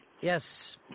Yes